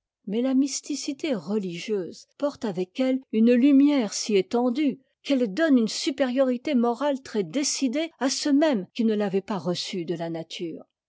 mais la mysticité religieuse porte avec elle une lumière si étendue qu'elle donne une supériorité morale très décidée à ceux même qui ne l'avaient pas reçue de la nature